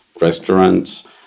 restaurants